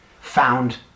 found